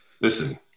Listen